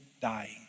dying